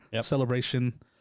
celebration